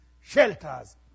shelters